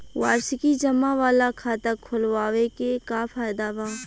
वार्षिकी जमा वाला खाता खोलवावे के का फायदा बा?